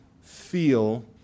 feel